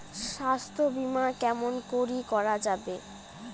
স্বাস্থ্য বিমা কেমন করি করা যাবে?